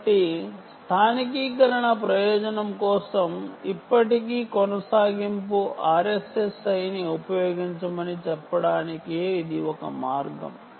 కాబట్టి స్థానికీకరణ ప్రయోజనం కోసం ఇప్పటికీ RSSI ని ఉపయోగించమని చెప్పడానికి ఇది ఒక మార్గం